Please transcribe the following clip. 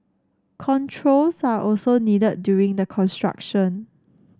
controls are also needed during the construction